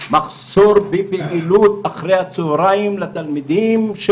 מחסור בפעילות אחרי הצוהריים לתלמידים.